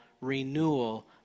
renewal